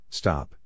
stop